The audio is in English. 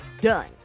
done